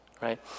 right